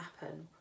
happen